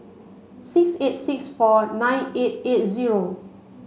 six eight six four nine eight eight zero